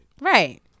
Right